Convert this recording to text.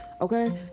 Okay